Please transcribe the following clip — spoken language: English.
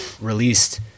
released